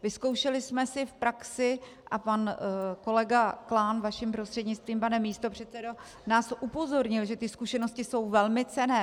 Vyzkoušeli jsme si praxi a pan kolega Klán, vašim prostřednictvím, pane místopředsedo, nás upozornil, že ty zkušenosti jsou velmi cenné.